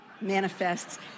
manifests